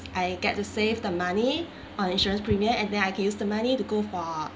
I get to save the money on insurance premium and then I can use the money to go for